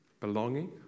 belonging